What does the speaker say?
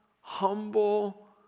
humble